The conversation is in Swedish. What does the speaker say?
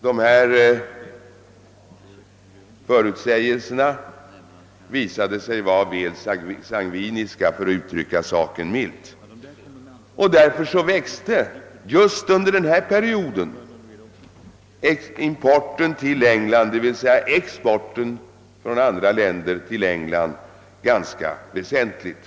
Dessa förutsägelser visade sig vara väl sangviniska — för att uttrycka saken milt — i det att just under denna period importen till England, d. v. s exporten från andra länder till England, ökades ganska väsentligt.